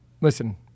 listen